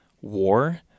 war